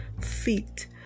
feet